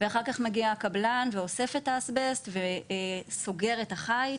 ואחר כך מגיע הקבלן ואוסף את האסבסט וסוגר את החיץ,